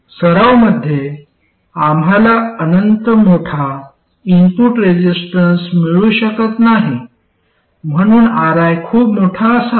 सराव मध्ये आम्हाला अनंत मोठा इनपुट रेसिस्टन्स मिळू शकत नाही म्हणून Ri खूप मोठा असावा